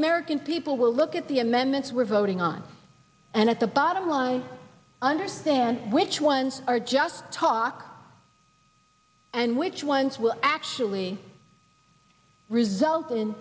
american people will look at the amendments were voting on and at the bottom line i understand which ones are just talk and which ones will actually result in